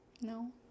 No